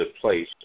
place